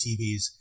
TVs